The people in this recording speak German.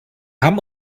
haben